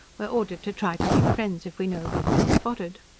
we're ordered to try to make friends if we know we've been spotted.